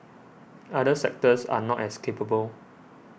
other sectors are not as capable